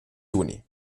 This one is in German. juni